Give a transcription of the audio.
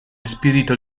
spirito